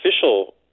official